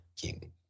King